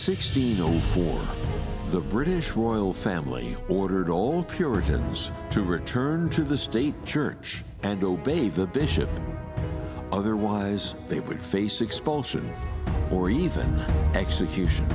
only for the british royal family ordered old puritans to return to the state church and obey the bishop otherwise they would face expulsion or even execution